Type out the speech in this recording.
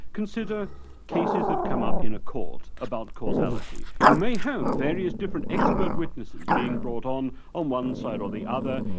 consider cases that come up in a court about causality. you may have various different expert witnesses being brought on ah one side or the other,